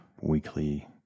weekly